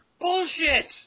Bullshit